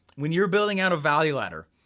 when you're building out a value ladder,